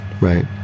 Right